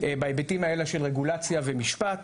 בהיבטים האלה של רגולציה ומשפט.